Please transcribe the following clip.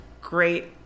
great